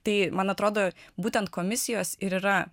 tai man atrodo būtent komisijos ir yra